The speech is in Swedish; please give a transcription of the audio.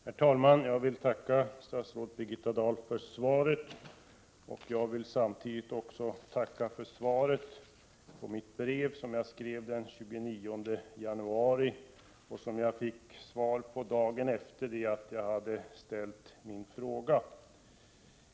Herr talman! Jag vill tacka statsrådet Birgitta Dahl för svaret. Jag vill samtidigt också tacka för svaret på det brev som jag skrev den 29 januari och som jag fick svar på dagen efter det att jag hade ställt min fråga här i riksdagen.